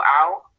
out